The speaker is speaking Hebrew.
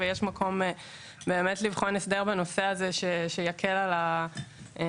ויש מקום לבחון הסדר בנושא הזה שיקל על הציבור,